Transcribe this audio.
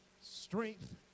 strength